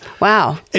Wow